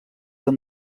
amb